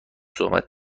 صحبت